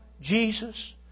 Jesus